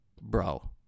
Bro